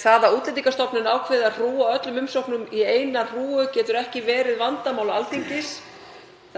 Það að Útlendingastofnun hafi ákveðið að hrúga öllum umsóknum í eina hrúgu getur ekki verið vandamál Alþingis.